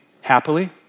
happily